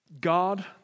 God